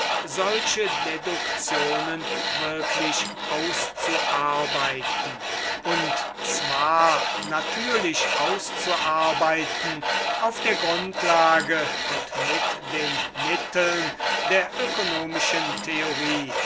solche deduktionen wirklich auszuarbeiten und zwar natürlich auszuarbeiten auf der grundlage und mit den mitteln der ökonomischen theorie